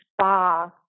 spa